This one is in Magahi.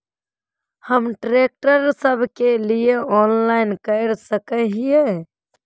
हम ट्रैक्टर सब के लिए ऑनलाइन कर सके हिये?